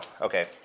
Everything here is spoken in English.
okay